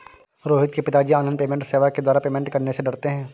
रोहित के पिताजी online payment सेवा के द्वारा पेमेंट करने से डरते हैं